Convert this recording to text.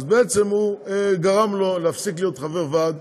אז בעצם הוא גרם לו להפסיק להיות חבר ועד,